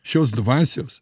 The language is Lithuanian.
šios dvasios